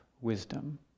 wisdom